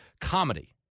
comedy